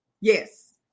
Yes